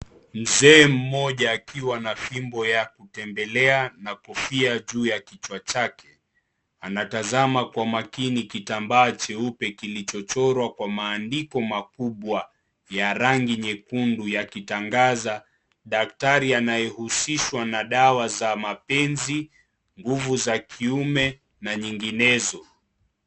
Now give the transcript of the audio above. Mzee mmoja akiwa na fimbo ya kutembelea na kofia juu ya kichwa chake. Anatazama kwa makini kitambaa jeupe kilichochorwa maandiko makubwa ya rangi nyekundu yakitangaza daktari anayehusishwa na dawa za mapenzi, nguvu za kiume na nyinginezo.